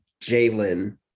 jalen